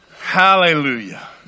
Hallelujah